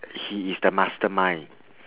he is the mastermind